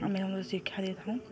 ଆମେ ଆମ ଶିକ୍ଷା ଦେଇଥାଉ